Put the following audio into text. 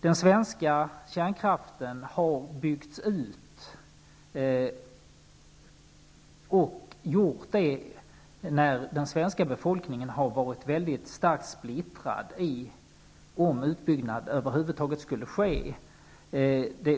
Den svenska kärnkraften har byggts ut, och det har skett i ett skede då den svenska befolkningen har varit väldigt starkt splittrad i frågan huruvida en utbyggnad över huvud taget skulle ske.